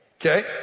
Okay